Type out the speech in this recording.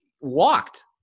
walked